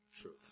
Truth